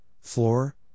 floor